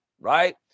right